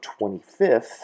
25th